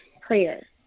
prayer